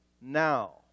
now